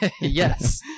Yes